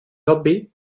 obvi